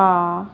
ਪਾ